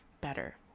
better